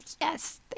yes